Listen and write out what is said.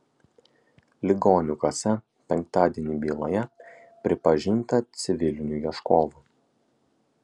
ligonių kasa penktadienį byloje pripažinta civiliniu ieškovu